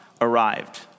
arrived